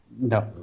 no